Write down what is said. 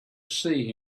see